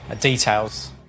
details